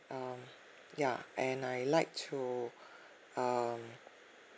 uh ya and I like to um